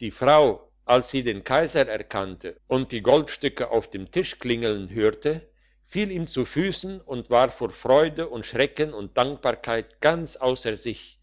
die frau als sie den kaiser erkannte und die goldstücke auf dem tisch klingeln hörte fiel ihm zu füssen und war vor freude und schrecken und dankbarkeit ganz ausser sich